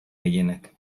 gehienak